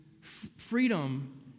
freedom